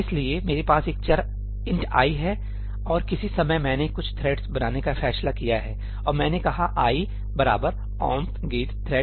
इसलिए मेरे पास एक चर 'int i' है और किसी समय मैंने कुछ थ्रेडस बनाने का फैसला किया है और मैंने कहा 'i omp get thread num '